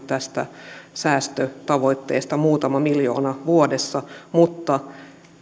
tästä säästötavoitteesta muutama miljoona vuodessa mutta